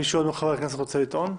מי עוד רוצה לטעון?